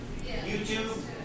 YouTube